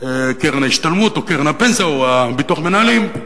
קרן ההשתלמות או קרן הפנסיה או ביטוח המנהלים.